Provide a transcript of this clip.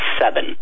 seven